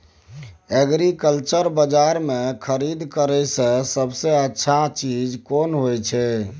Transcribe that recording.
Agriculture बाजार में खरीद करे से सबसे अच्छा चीज कोन होय छै?